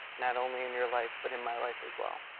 not only in your life, but in my life as well.